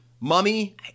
Mummy